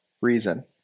reason